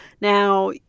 Now